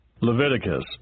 Leviticus